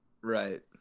right